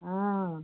हाँ